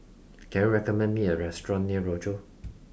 can you recommend me a restaurant near Rochor